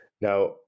Now